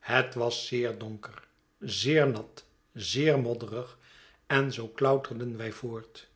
het was zeer donker zeer nat zeer modderig en zoo klouterden wij voort